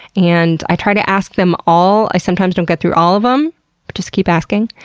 and i try to ask them all. i sometimes don't get through all of them, but just keep asking.